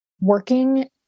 working